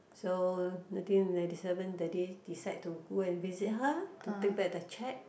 so nineteen ninety seven daddy decide to go and visit her lah to take back the cheque